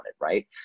right